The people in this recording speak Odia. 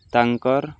ତାଙ୍କର୍